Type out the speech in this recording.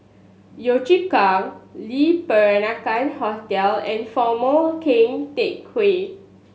Yio Chu Kang Le Peranakan Hotel and Former Keng Teck Whay